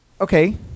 Okay